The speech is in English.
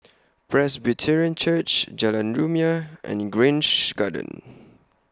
Presbyterian Church Jalan Rumia and Grange Garden